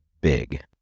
big